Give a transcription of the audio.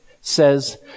says